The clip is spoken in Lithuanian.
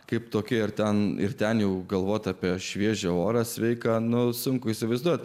kaip tokia ir ten ir ten jau galvoti apie šviežią orą sveika nors sunku įsivaizduoti